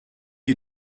you